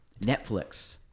Netflix